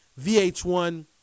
VH1